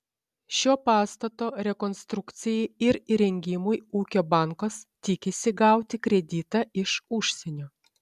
šio pastato rekonstrukcijai ir įrengimui ūkio bankas tikisi gauti kreditą iš užsienio